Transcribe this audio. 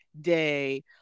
day